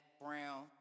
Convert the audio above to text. brown